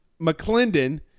McClendon